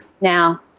Now